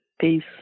Peace